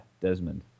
Desmond